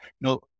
No